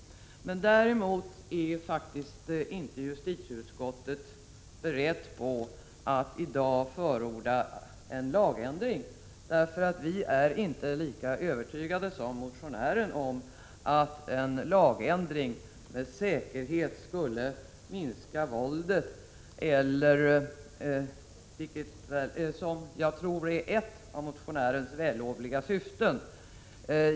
Däremot är justitieutskottet inte berett att nu förorda en lagändring. Vi är inte lika övertygade som motionären om att en lagändring med säkerhet skulle minska våldet, vilket jag tror är ett av motionärens vällovliga syften.